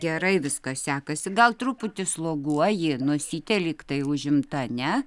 gerai viskas sekasi gal truputį sloguoji nosytė lyg tai užimta ne